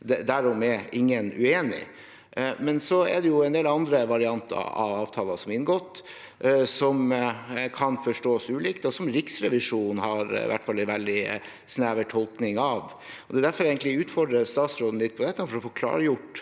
derom er ingen uenig. Men det er en del andre varianter av avtaler som er inngått, som kan forstås ulikt, og som i hvert fall Riksrevisjonen har en veldig snever tolkning av. Det er derfor jeg utfordrer statsråden litt på dette – for å få klargjort